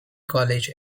college